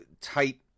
tight